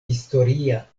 historia